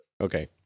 Okay